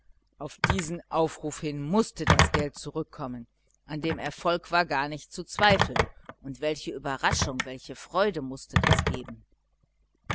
auf diesen ausruf hin mußte das geld zurückkommen an dem erfolg war gar nicht zu zweifeln und welche überraschung welche freude mußte das geben